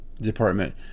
Department